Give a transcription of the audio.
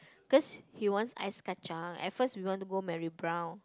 cause he wants Ice-Kacang at first we want to go Mary-Brown